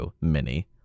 Mini